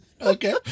okay